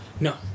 No